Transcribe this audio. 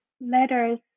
letters